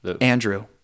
Andrew